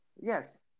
yes